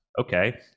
Okay